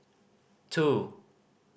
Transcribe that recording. two